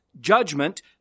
judgment